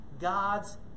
God's